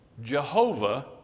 Jehovah